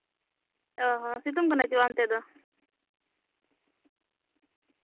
ᱚᱸᱻ ᱥᱮᱛᱳᱝ ᱠᱟᱱᱟ ᱥᱮ ᱵᱟᱝ ᱚᱱᱛᱮ ᱫᱚ